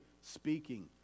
speaking